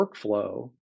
workflow